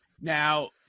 Now